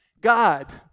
God